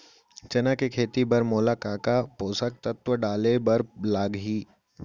चना के खेती बर मोला का का पोसक तत्व डाले बर लागही?